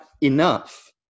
enough